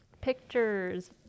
pictures